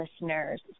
listeners